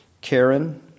Karen